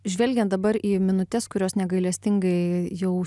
žvelgiant dabar į minutes kurios negailestingai jau